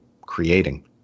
creating